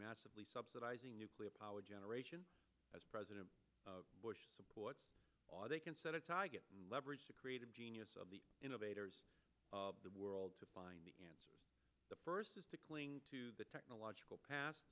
massively subsidizing nuclear power generation as president bush supports they can set a target and leverage the creative genius of the innovators of the world to find the answers the first is to cling to the technological pas